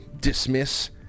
dismiss